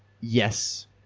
yes